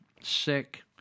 sick